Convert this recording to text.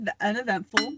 uneventful